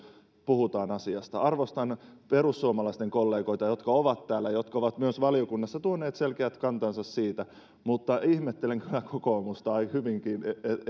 puhutaan asiasta arvostan perussuomalaisia kollegoita jotka ovat täällä ja jotka ovat myös valiokunnassa tuoneet selkeät kantansa esiin mutta ihmettelen kyllä kokoomusta on